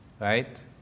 right